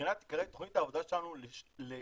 "מבחינת עיקרי תכנית העבודה שלנו ל-2009-2010,